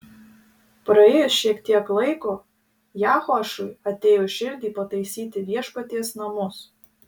praėjus šiek tiek laiko jehoašui atėjo į širdį pataisyti viešpaties namus